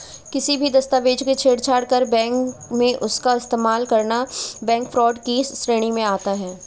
किसी भी दस्तावेज से छेड़छाड़ कर बैंक में उसका इस्तेमाल करना बैंक फ्रॉड की श्रेणी में आता है